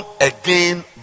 again